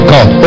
God